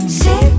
see